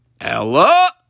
Ella